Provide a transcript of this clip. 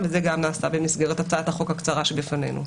וזה גם נעשה במסגרת הצעת החוק הקצרה שבפנינו.